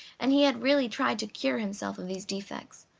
and he had really tried to cure himself of these defects,